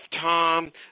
Tom